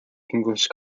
english